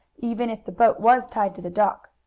even if the boat was tied to the dock.